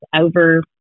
over